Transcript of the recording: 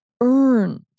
earned